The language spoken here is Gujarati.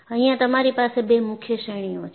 અહિયાં તમારી પાસે બે મુખ્ય શ્રેણીઓ છે